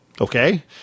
Okay